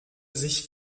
sich